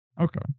Okay